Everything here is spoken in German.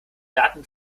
daten